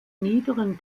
niederen